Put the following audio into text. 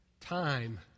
time